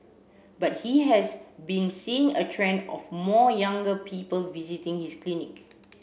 but he has been seeing a trend of more younger people visiting his clinic